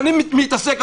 אני מתעסק,